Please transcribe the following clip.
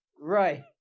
right